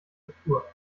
tastatur